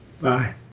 Bye